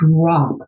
drop